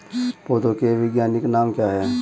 पौधों के वैज्ञानिक नाम क्या हैं?